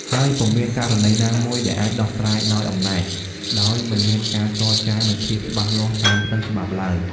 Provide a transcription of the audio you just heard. ហើយពុំមានករណីណាមួយដែលអាចដោះស្រាយដោយអំណាច ដោយមិនមានការចរចា និងភាពច្បាស់លាស់តាមផ្លូវច្បាប់ឡើយ។